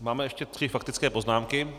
Máme ještě tři faktické poznámky.